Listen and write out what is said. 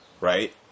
right